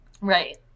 Right